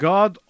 God